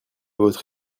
votre